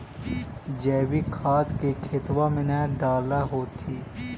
जैवीक खाद के खेतबा मे न डाल होथिं?